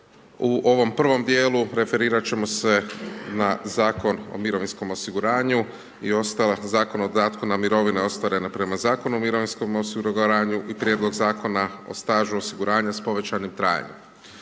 U ovom prvom djelu referirat ćemo se na Zakon o mirovinskom osiguranju i ostalo Zakon o dodatku na mirovine ostvarene prema Zakonu o mirovinskom osiguranju i prijedlog Zakona o stažu osiguranja s povećanim trajanjem.